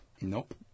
Nope